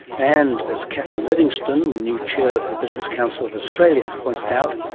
and, as catherine livingstone, the new chair of the business council of australia has pointed out,